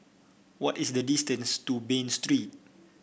what is the distance to Bain Street